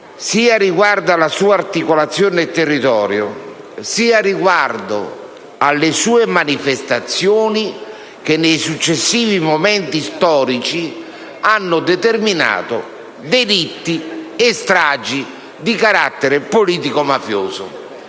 sia riguardo alla sua articolazione nel territorio (...) sia riguardo alle sue manifestazioni che, nei successivi momenti storici, hanno determinato delitti e stragi di carattere politico‑mafioso».